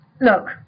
look